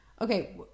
Okay